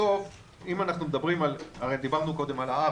בסוף הרי דיברנו קודם כל ה-R,